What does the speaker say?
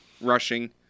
rushing